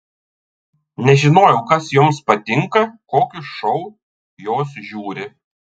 nežinojau kas joms patinka kokius šou jos žiūri